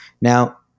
Now